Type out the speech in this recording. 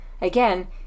again